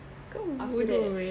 after that